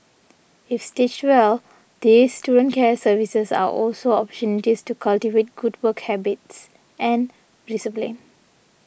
if stitched well these student care services are also opportunities to cultivate good work habits and discipline